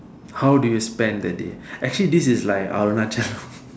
how do you spend the day actually this is like Arunachalam